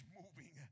moving